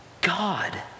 God